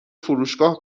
فروشگاه